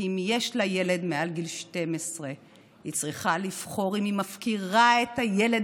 כי אם יש לה ילד מעל גיל 12 היא צריכה לבחור אם היא מפקירה את הילד